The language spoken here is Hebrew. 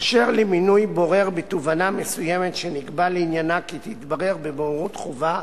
אשר למינוי בורר בתובענה מסוימת שנקבע לעניינה כי תתברר בבוררות חובה,